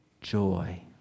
joy